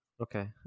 Okay